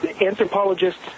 anthropologists